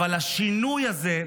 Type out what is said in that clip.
אבל השינוי הזה,